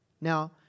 Now